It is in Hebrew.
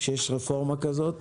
שיש רפורמה כזאת.